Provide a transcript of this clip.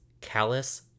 callous